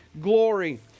glory